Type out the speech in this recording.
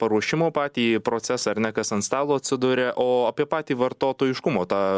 paruošimo patį procesą ar ne kas ant stalo atsiduria o apie patį vartotojiškumo tą